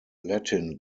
latin